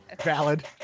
Valid